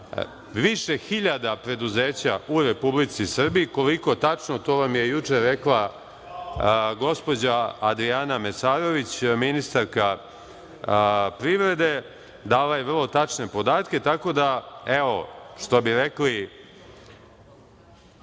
više hiljada preduzeća u Republici Srbiji, koliko tačno to vam je juče rekla gospođa Adrijana Mesarović, ministarka privrede, dala je vrlo tačne podatke. Tako da, evo, što bi rekli